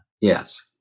Yes